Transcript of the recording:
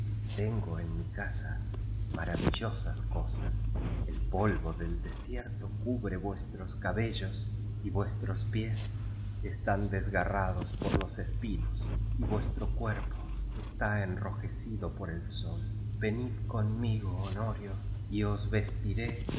tengo en mi casa maravillosas cosas el polvo del desierto cubre vuestros cabellos y vuestros pies están desgarrados por los espinos y vuestro cuerpo está enrojecido por el sol venid conmigo honorio y os